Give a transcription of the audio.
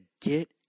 get